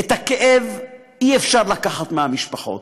את הכאב אי-אפשר לקחת מהמשפחות.